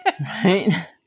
Right